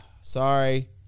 Sorry